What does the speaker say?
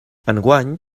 enguany